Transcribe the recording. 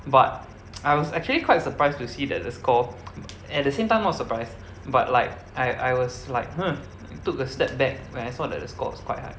but I was actually quite surprised to see that the score at the same time not surprised but like I I was like !huh! took a step back when I saw that the score was quite high